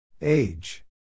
Age